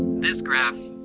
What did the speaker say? this graph